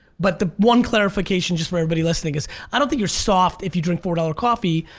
but the one clarification just for everybody listening is i don't think you're soft if you drink four dollars coffee.